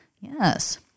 yes